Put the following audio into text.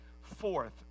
Fourth